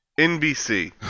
NBC